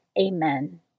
Amen